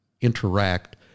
interact